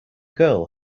girl